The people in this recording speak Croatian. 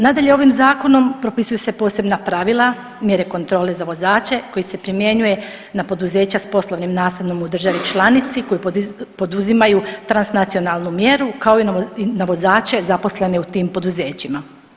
Nadalje, ovim zakonom propisuju se posebna pravila, mjere kontrole za vozače koji se primjenjuje na poduzeća s poslovnim nastanom u državi članici koji poduzimaju transnacionalnu mjeru kao i na vozače zaposlene u tim poduzećima.